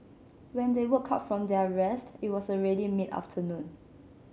when they woke up from their rest it was already mid afternoon